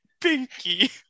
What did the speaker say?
Pinky